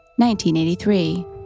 1983